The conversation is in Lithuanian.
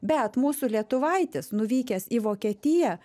bet mūsų lietuvaitis nuvykęs į vokietiją